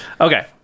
Okay